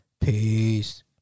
Peace